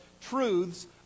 truths